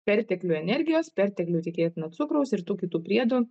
perteklių energijos perteklių tikėtina cukraus ir tų kitų priedų